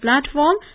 platform